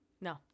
No